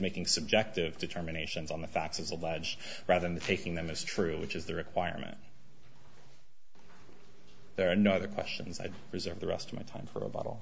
making subjective determinations on the facts as alleged rather than taking them as true which is the requirement there are no other questions i'd reserve the rest of my time for a bottle